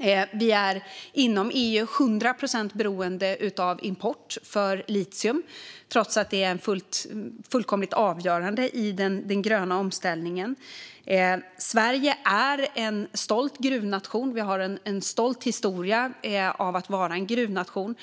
EU är dessutom till hundra procent beroende av import av litium som är fullkomligt avgörande i den gröna omställningen. Sverige är en stolt gruvnation. Vi har en stolt historia av att vara en gruvnation.